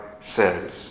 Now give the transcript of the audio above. says